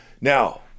Now